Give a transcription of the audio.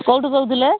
କେଉଁଠୁ କହୁଥିଲେ